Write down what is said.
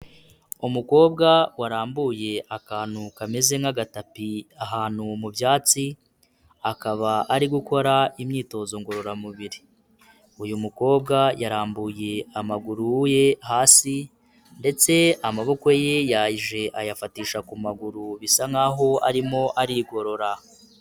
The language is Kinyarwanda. Umukobwa warambuye akantu kameze nk'agatapi ahantu mu byatsi, akaba ari gukora imyitozo ngororamubiri, uyu mukobwa yarambuye amaguru ye hasi ndetse amaboko ye yaje ayafatisha ku maguru bisa nkaho arimo arigorora.